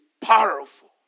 powerful